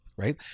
Right